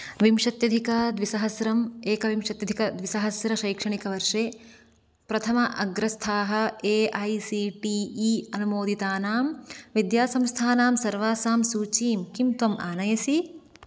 विंशत्यधिकद्विसहस्रम् एकविंशत्यधिकद्विसहस्रम् शैक्षणिकवर्षे प्रथमा अग्रस्थाः A I C T E अनुमोदितानां विद्यासंस्थानां सर्वासां सूचीं किं त्वम् आनयसि